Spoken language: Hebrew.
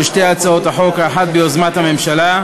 שתי הצעות חוק: האחת ביוזמת הממשלה,